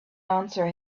answer